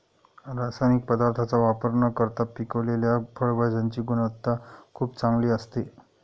रासायनिक पदार्थांचा वापर न करता पिकवलेल्या फळभाज्यांची गुणवत्ता खूप चांगली असते